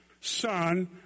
son